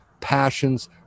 passions